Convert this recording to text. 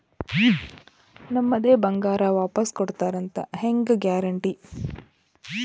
ನಮ್ಮದೇ ಬಂಗಾರ ವಾಪಸ್ ಕೊಡ್ತಾರಂತ ಹೆಂಗ್ ಗ್ಯಾರಂಟಿ?